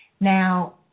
Now